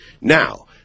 Now